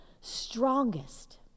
strongest